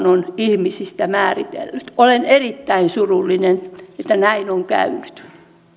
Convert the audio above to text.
on ihmisistä määritellyt olen erittäin surullinen että näin on käynyt arvoisa